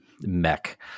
mech